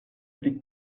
pli